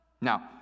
Now